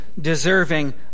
deserving